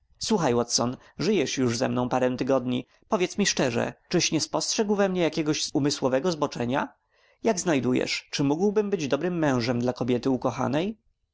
słuchaj watson żyjesz już ze mną parę tygodni powiedz mi szczerze czyś nie spostrzegł we mnie jakiego umysłowego zboczenia jak znajdujesz czy mógłbym być dobrym mężem dla kobiety ukochanej